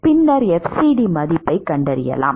பின்னர் fcd மதிப்பைக் கண்டறியலாம்